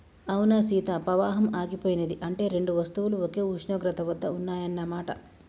అవునా సీత పవాహం ఆగిపోయినది అంటే రెండు వస్తువులు ఒకే ఉష్ణోగ్రత వద్ద ఉన్నాయన్న మాట